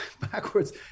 backwards